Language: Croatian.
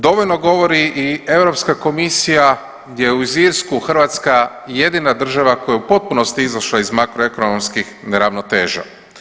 Dovoljno govori i Europska komisija gdje uz Irsku, Hrvatska jedina država koja je u potpunosti izašla iz makroekonomskih neravnoteža.